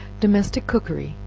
domestic cookery,